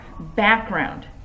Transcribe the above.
background